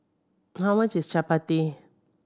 how much is Chapati